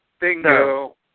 Bingo